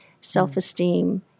self-esteem